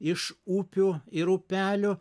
iš upių ir upelių